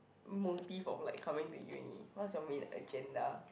motive of like coming to uni what's your main agenda